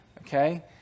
okay